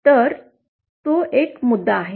तर तो एक मुद्दा आहे